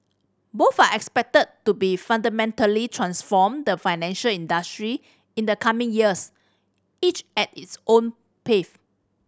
both are expected to be fundamentally transform the financial industry in the coming years each at its own pace